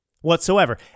whatsoever